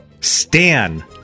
Stan